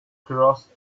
crossed